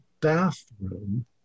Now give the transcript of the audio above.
bathroom